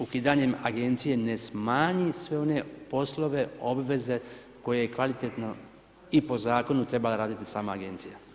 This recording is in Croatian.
Ukidanjem agencije ne smanji sve one poslove obveze koje kvalitetno i po zakonu trebala raditi sama agencija.